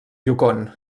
yukon